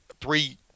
three